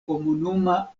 komunuma